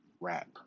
rap